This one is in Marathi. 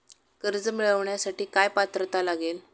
कर्ज मिळवण्यासाठी काय पात्रता लागेल?